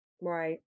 right